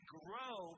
grow